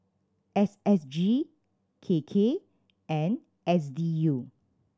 S S G K K and S D U